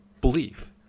belief